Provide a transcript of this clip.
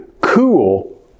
cool